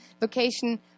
location